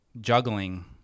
juggling